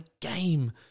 game